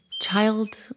child